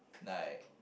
like